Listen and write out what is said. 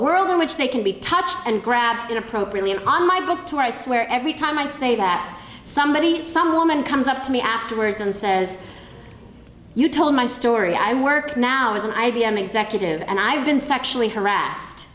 world in which they can be touched and grab it appropriately and on my book tour i swear every time i say that somebody some woman comes up to me afterwards and says you told my story i work now as an i b m executive and i've been sexually harassed